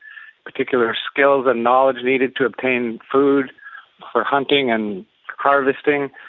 particular skills and knowledge needed to obtain food for hunting and harvesting.